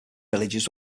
villages